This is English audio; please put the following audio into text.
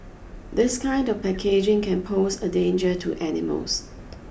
this kind of packaging can pose a danger to animals